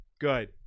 Good